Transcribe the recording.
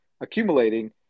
accumulating